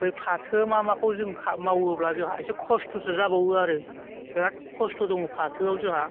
बै फाथो मा माखौ जों मावोब्ला जोंहा एसे खस्थ'सो जाबावो आरो बिराद खस्थ' दं फाथोआव जोंहा